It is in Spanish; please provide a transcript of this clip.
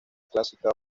clásica